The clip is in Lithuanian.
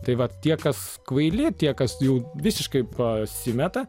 tai vat tie kas kvaili tie kas jau visiškai pasimeta